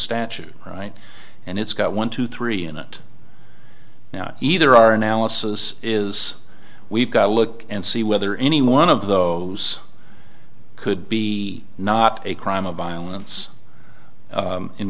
statute right and it's got one two three in it now either our analysis is we've got to look and see whether any one of those could be not a crime of violence